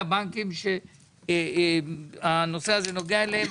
לבנקים שהנושא הזה נוגע אליהם.